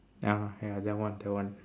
ya ya that one that one